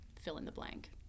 fill-in-the-blank